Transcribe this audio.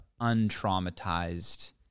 untraumatized